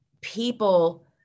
people